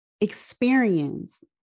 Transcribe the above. experience